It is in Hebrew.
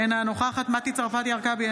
אינה נוכחת מטי צרפתי הרכבי,